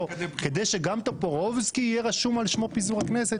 כדי שגם טופורובסקי יהיה רשום על שמו פיזור הכנסת?